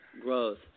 growth